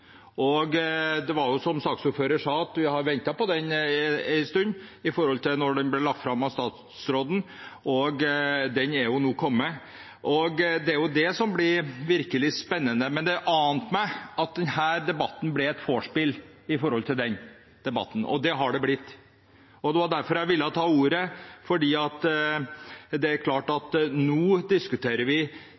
og vi har, som saksordføreren sa, ventet en stund på at den skulle bli lagt fram av statsråden. Den har nå kommet, og det er det som blir virkelig spennende. Men det ante meg at denne debatten ble et vorspiel før den debatten, og det har den blitt. Det er derfor jeg ville ta ordet. Nå diskuterer vi spørsmålet om å utrede tilleggstjenester som Posten skal ta seg av med markedsmessige prinsipper. Det er